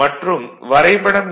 மற்றும் வரைபடம் எண்